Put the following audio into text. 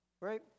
Right